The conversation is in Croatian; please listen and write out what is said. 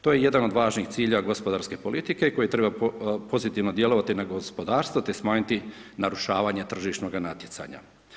To je jedan od važnih ciljeva gospodarske politike koji treba pozitivno djelovati na gospodarstvo, te smanjiti narušavanje tržišnoga natjecanja.